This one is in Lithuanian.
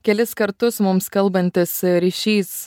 kelis kartus mums kalbantis ryšys